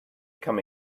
come